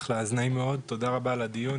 תודה רבה על הדיון,